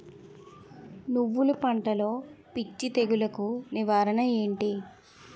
నువ్వులు పంటలో పిచ్చి తెగులకి నివారణ ఏంటి?